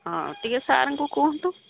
ହଁ ଟିକେ ସାର୍ଙ୍କୁ କୁହନ୍ତୁ